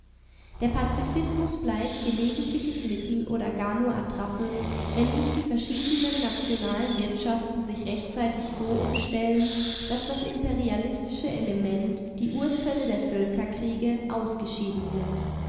der pazifismus bleibt gelegentliches mittel oder gar nur attrappe wenn nicht die verschiedenen nationalen wirtschaften sich rechtzeitig so umstellen daß das imperialistische element die urzelle der völkerkriege ausgeschieden wird